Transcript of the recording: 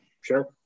sure